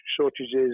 shortages